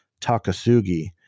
Takasugi